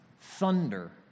thunder